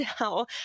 now